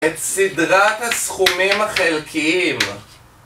את סדרת הסכומים החלקיים